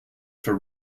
for